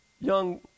young